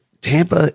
Tampa